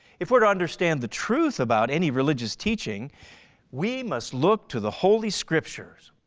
if we're to understand the truth about any religious teaching we must look to the holy scriptures.